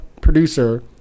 producer